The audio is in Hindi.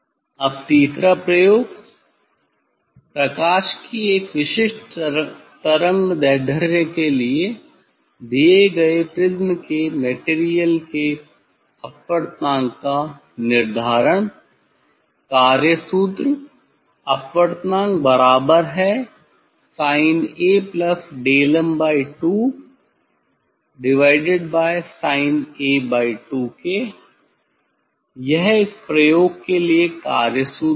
अब तीसरा प्रयोग प्रकाश की एक विशिष्ट तरंगदैर्ध्य के लिए दिए गए प्रिज्म के मटेरियल के अपवर्तनांक का निर्धारण कार्य सूत्र 𝛍 अपवर्तनांक 𝛍sinA𝛅m2sinA2 यह इस प्रयोग के लिए कार्य सूत्र है